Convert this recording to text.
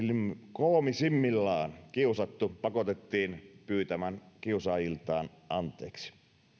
koomisimmillaan kiusattu pakotettiin pyytämään kiusaajiltaan anteeksi